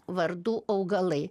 vardų augalai